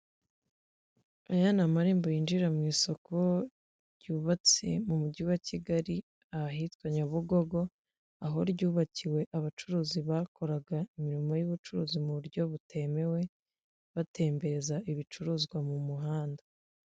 Imodoka ya bisi itwara abantu bakunze kwita shirumuteto, yari irimo kugenda mu muhanda, hepfo y'umuhanda hari akayira k'abanyamaguru hari abantu bari bahagaze, haruguru y'umuhanda akayira k'abanyamaguru, hari abagabo babiri bari barimo kugenda mu nkengero z'umuhanda, kuri ako kayira hari ruhurura icamo amazi.